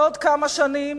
בעוד כמה שנים,